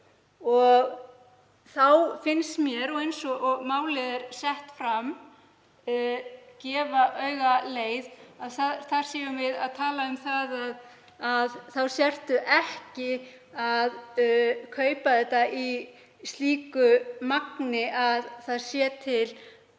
og þá finnst mér, eins og málið er sett fram, gefa augaleið að þar séum við að tala um að maður sé ekki að kaupa þetta í slíku magni að það sé til